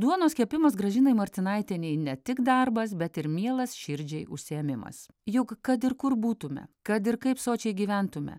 duonos kepimas gražinai martinaitienei ne tik darbas bet ir mielas širdžiai užsiėmimas juk kad ir kur būtume kad ir kaip sočiai gyventume